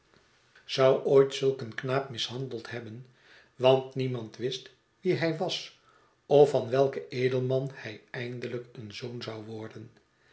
zou ooit zulk een knaap mishandeld hebben want niemand wist wie hij was of van welken edelman hij eindelijk een zoon zou wprden